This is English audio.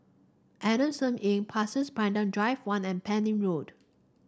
Adamson Inn Pasir's Panjang Drive One and Pending Road